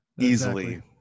easily